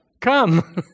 come